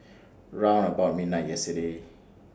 round about midnight yesterday